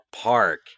park